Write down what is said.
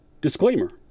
disclaimer